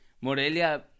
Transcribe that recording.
Morelia